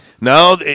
No